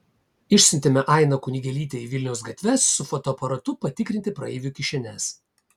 išsiuntėme ainą kunigėlytę į vilniaus gatves su fotoaparatu patikrinti praeivių kišenes